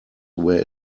where